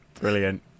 brilliant